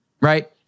right